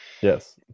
Yes